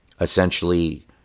essentially